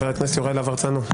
חבר הכנסת יוראי להב הרצנו,